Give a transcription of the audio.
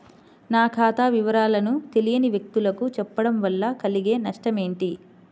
నా ఖాతా వివరాలను తెలియని వ్యక్తులకు చెప్పడం వల్ల కలిగే నష్టమేంటి?